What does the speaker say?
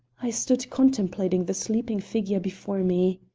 i stood contemplating the sleeping figure before me.